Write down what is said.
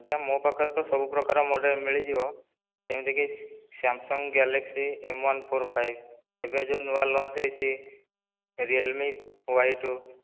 ଆଜ୍ଞା ମୋ ପାଖରେ ତ ସବୁପ୍ରକାର ମଡେଲ୍ ମିଳିଯିବ ଯେମିତିକି Samsung Galaxy M one four five ଏବେ ଯେଉଁ ନୂଆ ଲଞ୍ଚ ହୋଇଛି ରିଅଲ୍ ମି ୱାଇ ଟୂ